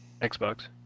Xbox